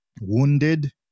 wounded